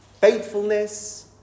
faithfulness